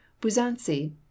Buzancy